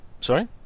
sorry